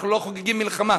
אנחנו לא חוגגים מלחמה,